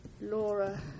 Laura